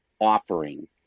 Offering